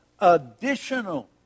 additional